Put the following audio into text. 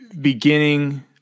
beginning